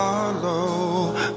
Follow